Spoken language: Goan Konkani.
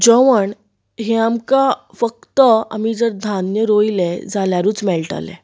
जेवण हें आमकां फक्त आमी जर धान्य रोयलें जाल्यारूच मेळटलें